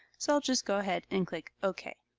so i'll just go ahead and click ok.